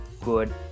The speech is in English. good